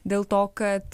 dėl to kad